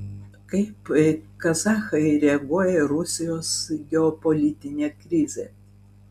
kaip kazachai reaguoja į rusijos geopolitinę krizę